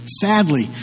sadly